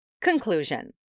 Conclusion